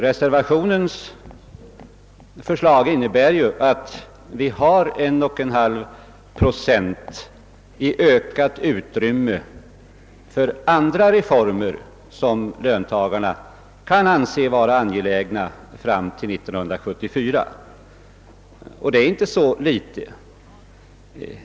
Reservationens förslag innebär däremot att det under denna tid skulle finnas ökat utrymme för andra reformer på 1,5 procent, vilket inte är så litet.